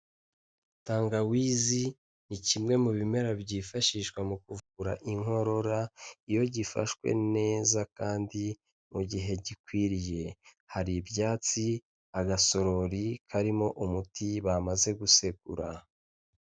Tangawizi ni kimwe mu bimera byifashishwa mu kuvura Inkorora iyo gifashwe neza kandi mu gihe gikwiriye, hari ibyatsi, agasorori karimo umuti bamaze gusekura.